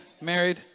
married